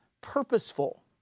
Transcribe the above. purposeful